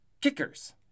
Kickers